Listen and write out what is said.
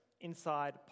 inside